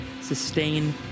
sustain